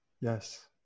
Yes